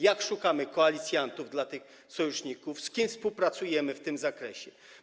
Jak szukamy koalicjantów, sojuszników, z kim współpracujemy w tym zakresie?